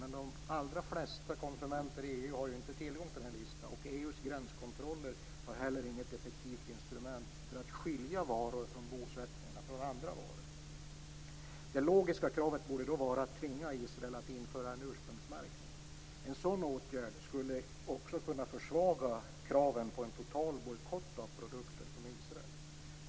Men de allra flesta konsumenter i EU har inte tillgång till den här listan, och EU:s gränskontroller har heller inget effektivt instrument för att skilja varor från bosättningarna från andra varor. Det logiska kravet borde vara att tvinga Israel att införa en ursprungsmärkning. En sådan åtgärd skulle också kunna försvaga kraven på en total bojkott av produkter från Israel.